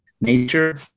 nature